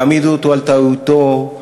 יעמידו אותו על טעותו,